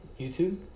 YouTube